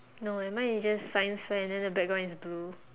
no eh mine is just science fair and then the background is blue